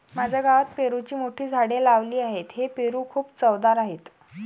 माझ्या गावात पेरूची मोठी झाडे लावली आहेत, हे पेरू खूप चवदार आहेत